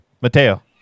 Mateo